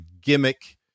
gimmick